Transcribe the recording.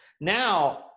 now